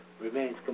remains